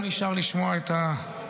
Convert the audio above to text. הוא לא נשאר לשמוע את התשובה.